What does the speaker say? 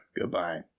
Goodbye